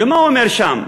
ומה הוא אומר שם?